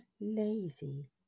lazy